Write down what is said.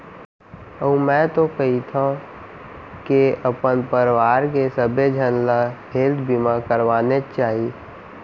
अउ मैं तो कहिथँव के अपन परवार के सबे झन ल हेल्थ बीमा करवानेच चाही